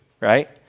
right